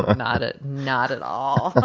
ah not at not at all.